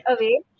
away